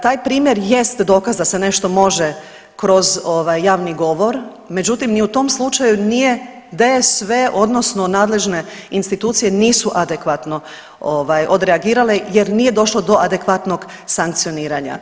Taj primjer jest dokaz da se nešto može kroz ovaj javni govor, međutim ni u tom slučaju nije DSV odnosno nadležne institucije nisu adekvatno ovaj odreagirale jer nije došlo do adekvatnog sankcioniranja.